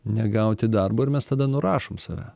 negauti darbo ir mes tada nurašom save